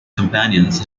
companions